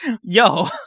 Yo